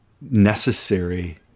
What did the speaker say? necessary